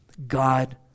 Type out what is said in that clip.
God